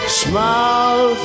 smile